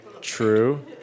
true